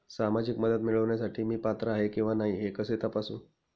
सामाजिक मदत मिळविण्यासाठी मी पात्र आहे किंवा नाही हे कसे तपासू?